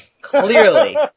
Clearly